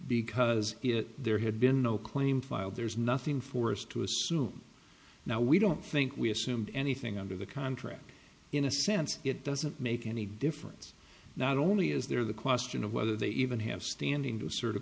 because it there had been no claim filed there's nothing for us to assume now we don't think we assumed anything under the contract in a sense it doesn't make any difference not only is there the question of whether they even have standing to sort of